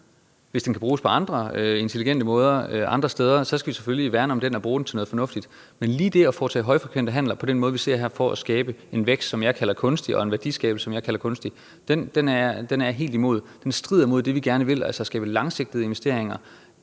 Hvis den kan bruges på andre intelligente måder andre steder, skal vi selvfølgelig værne om den og bruge den til noget fornuftigt, men lige det at foretage højfrekvente handler på den måde, vi ser her, for at skabe en vækst, som jeg kalder kunstig, og en værdiskabelse, som jeg kalder kunstig, er jeg helt imod. Den strider imod det, vi gerne vil, altså at det skal være langsigtede investeringer